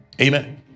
Amen